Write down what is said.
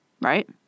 right